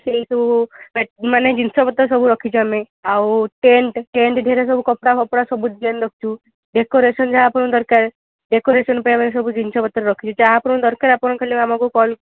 ସେଇ ସବୁ ଅ ମାନେ ଜିନିଷ ପତ୍ର ସବୁ ରଖିଛୁ ଆମେ ଆଉ ଟେଣ୍ଟ୍ ଟେଣ୍ଟ୍ ଦେହରେ ସବୁ କପଡ଼ା ଫପଡ଼ା ସବୁ ଡିଜାଇନ୍ ରଖିଛୁ ଡେକୋରେଶନ୍ ଯାହା ଆପଣଙ୍କୁ ଦରକାର ଡେକୋରେଶନ୍ ପାଇଁ ଆମେ ସବୁ ଜିନିଷ ପତ୍ର ରଖିଛୁ ଯାହା ଆପଣଙ୍କୁ ଦରକାର ଆପଣ ଖାଲି ଆମକୁ କଲ କ କ